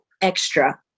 extra